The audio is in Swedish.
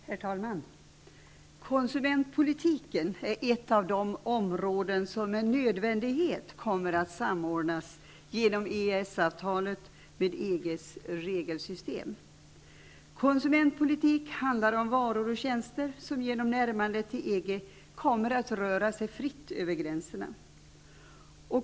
Herr talman! Konsumentpolitiken är ett av de områden som genom EES-avtalet med nödvändighet kommer att samordnas med EG:s regelsystem. Konsumentpolitik handlar om varor och tjänster, som genom närmandet till EG kommer att röra sig fritt över gränserna.